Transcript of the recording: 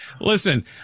Listen